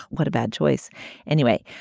what a bad choice anyway.